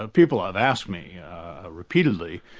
ah people have asked me repeatedly,